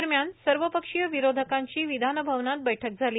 दरम्यान सर्वपक्षीय विरोधकांची विधानभवनात बैठक झाली